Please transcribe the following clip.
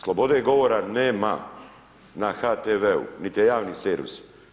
Slobode govora nema na HTV-u niti je javni servis.